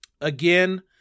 again